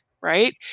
right